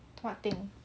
what thing